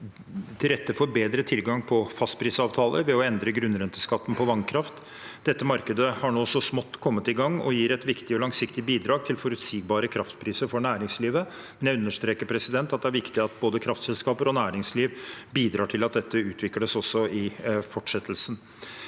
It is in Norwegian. til rette for bedre tilgang på fastprisavtaler ved å endre grunnrenteskatten på vannkraft. Dette markedet har nå så smått kommet i gang og gir et viktig og langsiktige bidrag til forutsigbare kraftpriser for næringslivet, men jeg vil understreke at det er viktig at både kraftselskaper og næringsliv bidrar til at dette utvikles også i fortsettelsen.